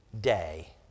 day